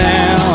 Now